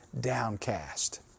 downcast